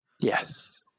Yes